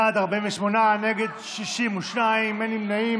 בעד, 48, נגד, 62, אין נמנעים.